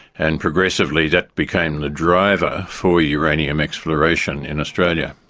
and progressively that became the driver for uranium exploration in australia.